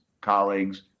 colleagues